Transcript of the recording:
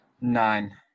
Nine